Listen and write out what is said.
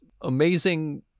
amazing